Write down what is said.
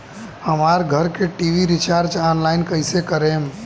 हमार घर के टी.वी रीचार्ज ऑनलाइन कैसे करेम?